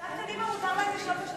מותר להם לשאול שאלות.